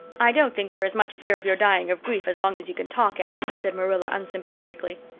i don't think there is much fear of your dying of grief as long as you can talk, anne, said marilla unsympathetically.